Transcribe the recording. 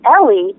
Ellie